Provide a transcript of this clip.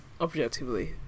objectively